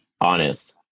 honest